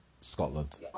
Scotland